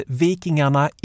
vikingarna